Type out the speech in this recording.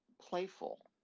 playful